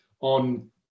on